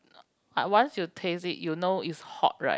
once you taste it you know is hot right